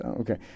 Okay